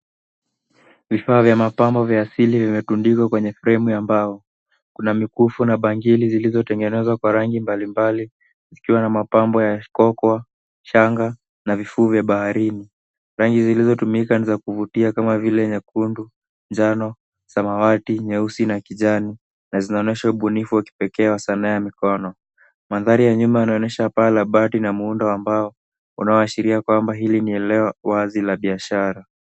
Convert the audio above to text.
Vifaa vya mapambo vya asili vimekunduzwa kwenye fremu ya mbao. Kuna mikufu na bangili zilizotengenezwa kwa rangi mbalimbali zikiwa na mapambo ya shikoko, shanga na vifuo vya baharini. Rangi zilizotumika ni za kuvutia kama vile nyekundu, njano, samawati, nyeusi na kijani na zinaonyesha ubunifu wa kipekee wa sanaa ya mikono. Mandhari ya nyuma yanaonyesha paa la bati na muundo wa mbao, unaoashiria kwamba hili ni eneo wazi la biashara.